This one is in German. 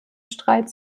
streit